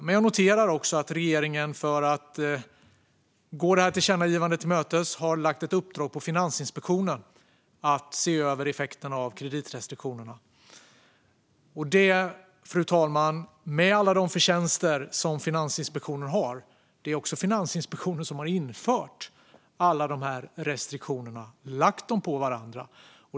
Men jag noterar att regeringen för att gå det här tillkännagivandet till mötes har lagt ett uppdrag på Finansinspektionen att se över effekterna av kreditrestriktionerna. Med alla de förtjänster som Finansinspektionen har, fru talman, är det dock också Finansinspektionen som har infört alla de här restriktionerna och lagt dem på varandra.